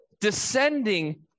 descending